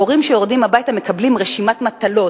הורים שהולכים הביתה מקבלים רשימת מטלות,